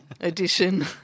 edition